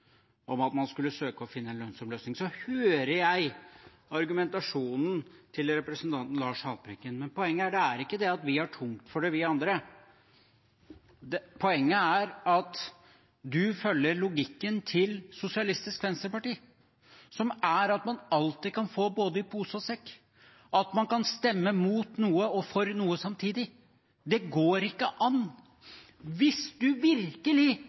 om at man skulle søke å finne en lønnsom løsning. Jeg hører argumentasjonen til representanten Lars Haltbrekken, men poenget er ikke at vi andre har tungt for det. Poenget er at representanten følger logikken til Sosialistisk Venstreparti, som er at man alltid kan få i både pose og sekk, at man kan stemme imot noe og for noe samtidig. Det går ikke an. Hvis representanten virkelig